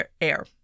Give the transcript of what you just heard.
air